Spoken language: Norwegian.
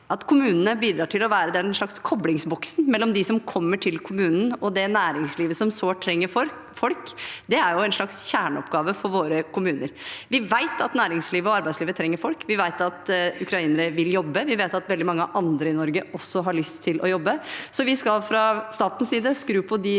at kommunene bidrar til å være en koblingsboks mellom dem som kommer til kommunen, og det næringslivet som sårt trenger folk, er en slags kjerneoppgave for våre kommuner. Vi vet at næringslivet og arbeidslivet trenger folk, vi vet at ukrainere vil jobbe, og vi vet at veldig mange andre i Norge også har lyst til å jobbe, så vi skal fra statens side skru på de